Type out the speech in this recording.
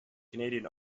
canadian